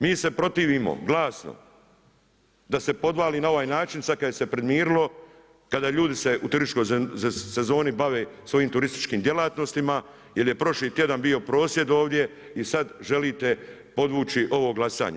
Mi se protivimo glasno da se podvali na ovaj način sada kada se primirilo, kada ljudi se u turističkoj sezoni bave svojim turističkim djelatnostima jer je prošli tjedan bio prosvjed ovdje i sada želite podvući ovo glasanje.